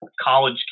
college